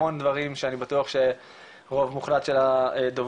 המון דברים שאני בטוח רוב מוחלט של הדוברים